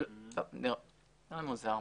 מוזר.